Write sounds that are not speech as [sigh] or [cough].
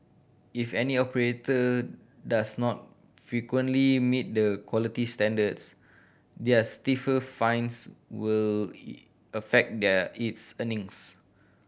if any operator does not frequently meet the quality standards their stiffer fines will [unintelligible] affect their its earnings